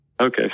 Okay